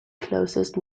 closest